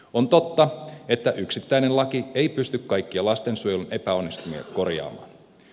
on totta että yksittäinen laki ei pysty kaikkia lastensuojelun epäonnistumisia korjaamaan